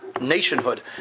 nationhood